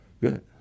good